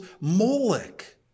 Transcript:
Moloch